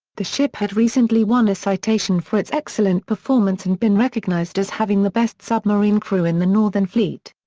the ship had recently won a citation for its excellent performance and been recognized as having the best submarine crew in the northern fleet.